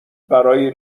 برای